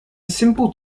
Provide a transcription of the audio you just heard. simple